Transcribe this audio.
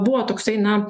buvo toksai na